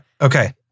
Okay